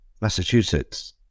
Massachusetts